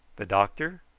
the doctor,